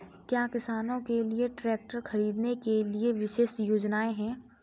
क्या किसानों के लिए ट्रैक्टर खरीदने के लिए विशेष योजनाएं हैं?